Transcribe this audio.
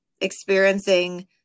experiencing